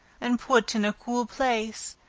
and put in a cool place,